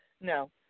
No